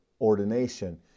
ordination